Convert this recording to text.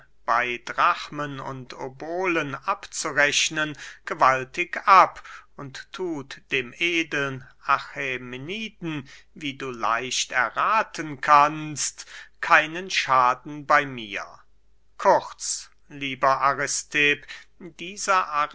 bey drachmen und obolen abzurechnen gewaltig ab und thut dem edeln achämeniden wie du leicht errathen kannst keinen schaden bey mir kurz lieber aristipp dieser